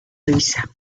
risa